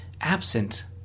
Absent